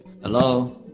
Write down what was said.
Hello